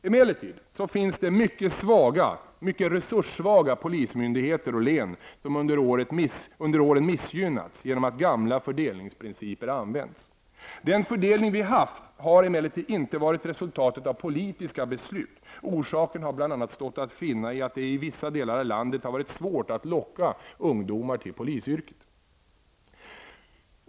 Emellertid finns mycket resurssvaga polismyndigheter och län som under åren missgynnats genom att gamla fördelningsprinciper använts. Den fördelning vi haft har emellertid inte varit resultatet av politiska beslut. Orsaken har bl.a. stått att finna i att det i vissa delar av landet varit svårt att locka ungdomar till polisyrket.